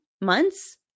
months